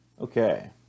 Okay